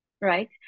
right